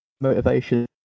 motivation